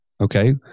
Okay